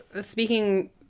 speaking